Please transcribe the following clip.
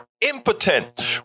impotent